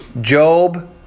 Job